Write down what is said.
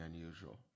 unusual